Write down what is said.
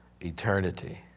eternity